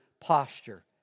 posture